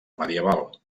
medieval